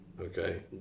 okay